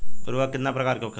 उर्वरक कितना प्रकार के होखेला?